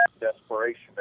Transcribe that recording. desperation